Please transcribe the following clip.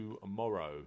tomorrow